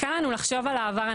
קל לנו לחשוב על העבר,